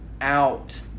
out